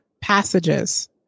passages